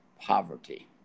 poverty